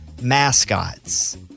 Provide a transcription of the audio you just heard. mascots